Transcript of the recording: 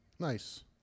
Nice